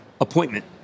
appointment